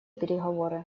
переговоры